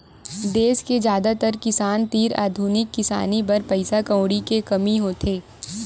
देस के जादातर किसान तीर आधुनिक किसानी बर पइसा कउड़ी के कमी होथे